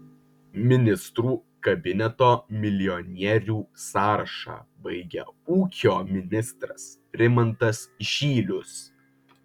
ministrų kabineto milijonierių sąrašą baigia ūkio ministras rimantas žylius